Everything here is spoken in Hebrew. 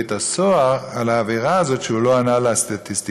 לבית-הסוהר על העבירה הזאת שהוא לא ענה לסטטיסטיקן.